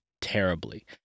terribly